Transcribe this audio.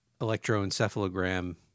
electroencephalogram